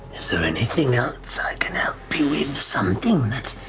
so anything else i can help you with, something that